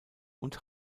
und